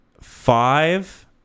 five